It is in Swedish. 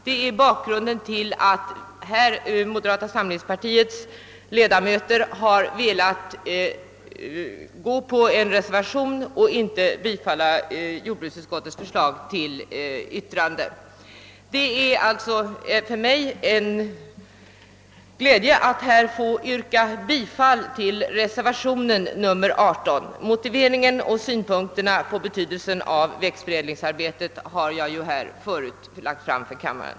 Detta är bakgrunden till att moderata samlingspartiets ledamöter här velat ansluta sig till en reservation som även innebär krav på högre anslag till Weibullsholm och inte stöder jordbruksutskottets hemställan. Det är mig en glädje att få yrka bifall till reservationen under punkten 18. Motiveringen och synpunkterna på betydelsen av växtförädlingsarbetet har jag ju i övrigt nyss lagt fram för kammaren.